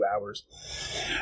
hours